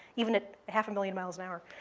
even at half a million miles an hour,